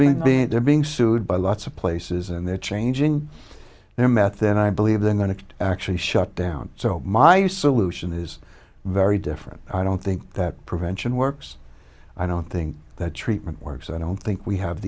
they're being sued by lots of places and they're changing their method and i believe they're going to actually shut down so my solution is very different i don't think that prevention works i don't think that treatment works i don't think we have